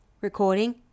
Recording